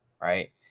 right